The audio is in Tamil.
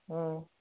ம்